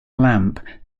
lamp